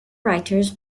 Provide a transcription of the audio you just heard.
writers